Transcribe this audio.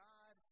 God